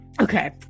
Okay